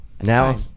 now